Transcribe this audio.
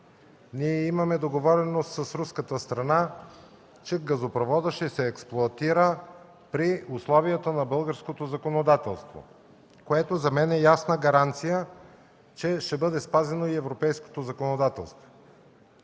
ние имаме договореност с руската страна, че газопроводът ще се експлоатира при условията на българското законодателство, което за мен е ясна гаранция, че ще бъде спазено и европейското законодателство.